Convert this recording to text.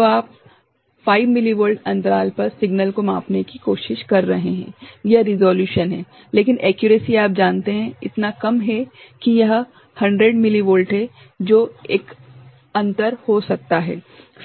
तो आप 5 मिलीवोल्ट अंतराल पर सिग्नल को मापने की कोशिश कर रहे हैं यह रिसोल्यूशन है लेकिन एक्यूरेसी आप जानते हैं इतना कम है कि यह 100 मिलीवोल्ट है जो एक अंतर हो सकता है